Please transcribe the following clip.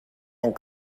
and